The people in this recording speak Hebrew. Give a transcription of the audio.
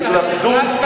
התלכדות,